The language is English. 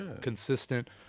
Consistent